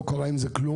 אבל לא קרה עם זה כלום.